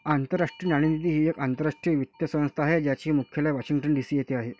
आंतरराष्ट्रीय नाणेनिधी ही एक आंतरराष्ट्रीय वित्तीय संस्था आहे ज्याचे मुख्यालय वॉशिंग्टन डी.सी येथे आहे